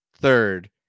third